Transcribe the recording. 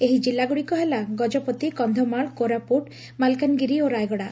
ଏହି ଜିଲ୍ଲଗୁଡ଼ିକ ହେଲା ଗଜପତି କକ୍ଷମାଳ କୋରାପୁଟ ମାଲକାନଗିରି ଓ ରାୟଗଡ଼ା